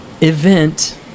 event